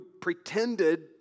pretended